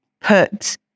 put